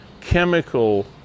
chemical